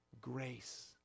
grace